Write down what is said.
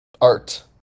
Art